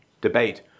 debate